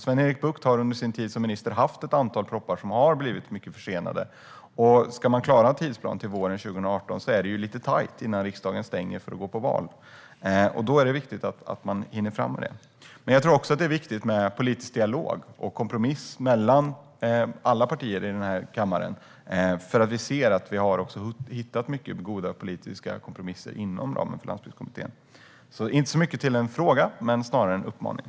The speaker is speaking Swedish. Sven-Erik Bucht har under sin tid som minister haft ett antal propositioner som blivit mycket försenade. Ska man klara en tidsplan till våren 2018 är det lite tajt innan riksdagen stänger inför valet. Då är det viktigt att man hinner fram. Jag tror också att det är viktigt med politisk dialog och kompromiss mellan alla partier i den här kammaren. Vi ser ju att vi har hittat många goda politiska kompromisser inom ramen för Landsbygdskommittén. Detta är alltså inte mycket till fråga utan snarare en uppmaning.